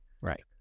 Right